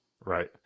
Right